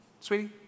sweetie